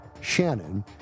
Shannon